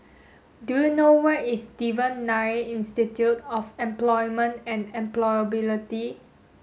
do you know where is Devan Nair Institute of Employment and Employability